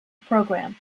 program